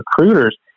recruiters